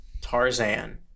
Tarzan